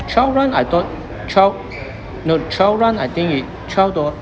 trial run I thought trial no trial run I think it twelve dol~